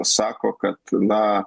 sako kad na